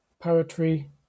poetry